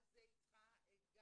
על זה היא צריכה גאזה,